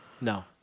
No